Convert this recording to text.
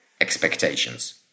expectations